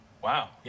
Wow